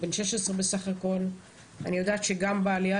הוא בסך הכול בן 16. אני יודעת שגם בעלייה